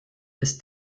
ist